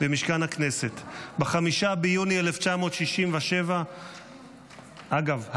במשכן הכנסת ב-5 ביוני 1967. אגב,